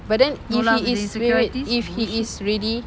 but then if he is wait wait if he is ready